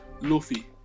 luffy